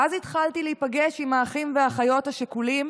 ואז התחלתי להיפגש עם האחים והאחיות השכולים,